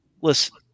listen